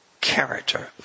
character